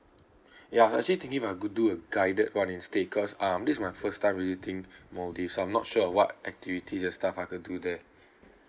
ya actually thinking if I could do a guided [one] instead cause um this my first time visiting maldives so I'm not sure of what activities and stuff I could do there